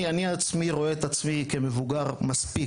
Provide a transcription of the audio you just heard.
אני עצמי רואה את עצמי כמבוגר מספיק,